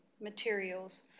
materials